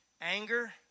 Anger